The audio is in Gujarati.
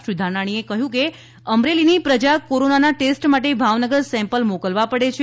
શ્રી ધાનાણીએ કહ્યું કે અમરેલીની પ્રજા કોરોનાના ટેસ્ટ માટે ભાવનગર સેમ્પલ મોકલવા પડે છે